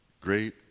great